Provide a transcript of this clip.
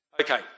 Okay